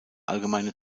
allgemeine